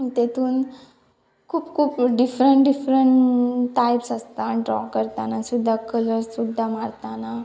तितून खूब खूब डिफरंट डिफरंट टायप्स आसता ड्रॉ करतना सुद्दां कलर्स सुद्दां मारतना